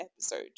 episode